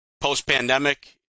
post-pandemic